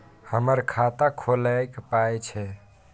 हमर खाता खौलैक पाय छै